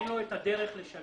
אין לו את הדרך לשלם.